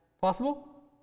Possible